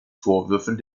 vorwürfen